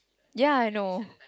ya I know